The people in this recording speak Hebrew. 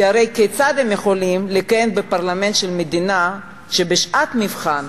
כי הרי כיצד הם יכולים לכהן בפרלמנט של מדינה שבשעת מבחן